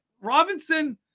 Robinson